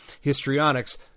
histrionics